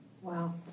Wow